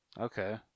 okay